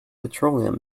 petroleum